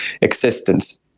existence